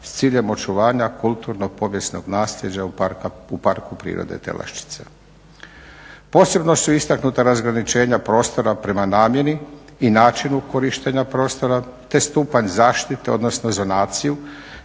s ciljem očuvanja kulturnog povijesnog nasljeđa u parku prirode Telaščice. Posebno su istaknuta razgraničenja prostora prema namjeni i načinu korištenja prostora te stupanj zaštite odnosno za naciju